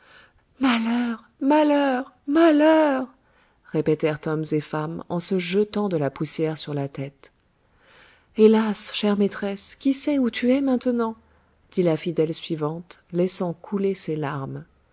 malheur malheur malheur répétèrent hommes et femmes en se jetant de la poussière sur la tête hélas chère maîtresse qui sait où tu es maintenant dit la fidèle suivante laissant couler ses larmes